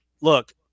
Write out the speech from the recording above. look